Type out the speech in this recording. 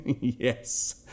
Yes